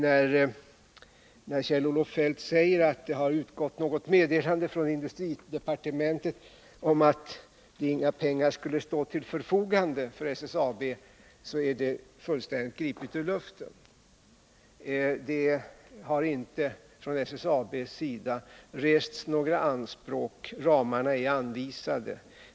När Kjell-Olof Feldt säger att det har utgått ett meddelande från industridepartementet om att inga pengar skulle stå till förfogande för SSAB är detta fullständigt gripet ur luften. Det har inte från SSAB:s sida rests några anspråk. Ramarna är anvisade.